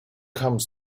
comes